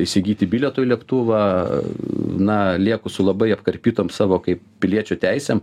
įsigyti bilietų į lėktuvą na lieku su labai apkarpytom savo kaip piliečio teisėm